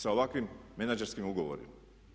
Sa ovakvim menadžerskim ugovorima?